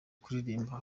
kuririmba